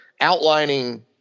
outlining